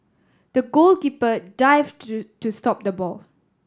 the goalkeeper dived to stop the ball